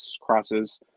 crosses